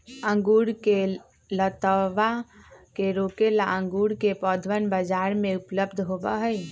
अंगूर के लतावा के रोके ला अंगूर के पौधवन बाजार में उपलब्ध होबा हई